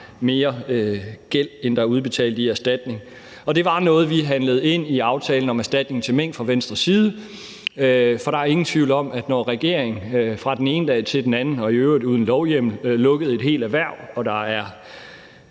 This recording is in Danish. mere gæld, end der er udbetalt i erstatning. Det var noget, vi fra Venstres side forhandlede ind i aftalen om erstatning til mink. For der er ingen tvivl om, at vi, når regeringen fra den ene dag til den anden og i øvrigt uden lovhjemmel lukkede et helt erhverv, hvor der er